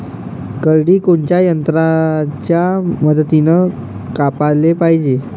करडी कोनच्या यंत्राच्या मदतीनं कापाले पायजे?